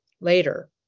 later